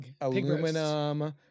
aluminum